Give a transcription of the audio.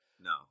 No